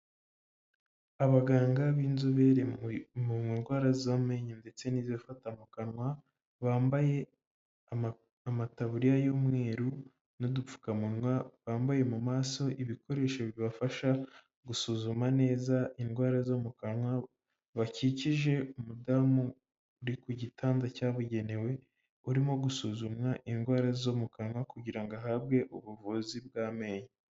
Abaganga b'inzobere mu ndwara z'amenyo ndetse n'izifata mu kanwa, bambaye amataburiya y'umweru n'udupfukamunwa, bambaye mu maso ibikoresho bibafasha gusuzuma neza indwara zo mu kanwa, bakikije umudamu uri ku gitanda cyabugenewe , urimo gusuzumwa indwara zo mu kanwa kugira ngo ahabwe ubuvuzi bw'amenyo.